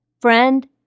Friend